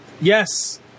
Yes